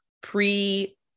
pre